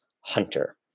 Hunter